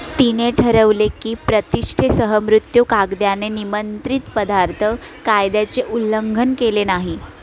तिने ठरवले की प्रतिष्ठेसह मृत्यू कायद्याने निमंत्रित पदार्थ कायद्याचे उल्लंघन केले नाही